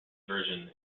version